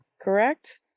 correct